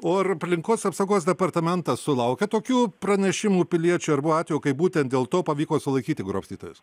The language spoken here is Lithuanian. o ar aplinkos apsaugos departamentas sulaukia tokių pranešimų piliečių ar buvo atvejų kai būtent dėl to pavyko sulaikyti grobstytojus